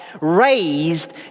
raised